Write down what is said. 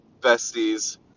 besties